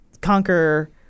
conquer